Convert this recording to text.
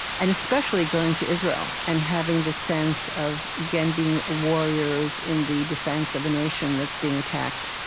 and especially going to israel and having the sense of, again, being ah warriors in the defense of a nation that's being attacked,